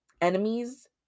enemies